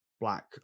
black